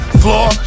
floor